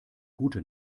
gute